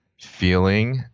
feeling